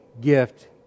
gift